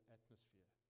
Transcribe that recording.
atmosphere